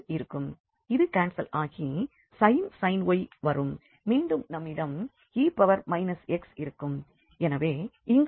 அது கான்செல் ஆகி sin y வரும் மீண்டும் நம்மிடம் e x இருக்கும் எனவே இங்கும் e x